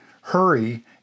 hurry